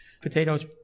Potatoes